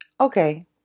Okay